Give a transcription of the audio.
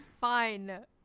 Fine